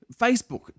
Facebook